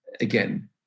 again